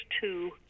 two